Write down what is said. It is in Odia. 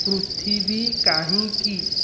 ପୃଥିବୀ କାହିଁକି